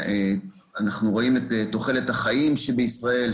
אנחנו רואים את תוחלת החיים בישראל,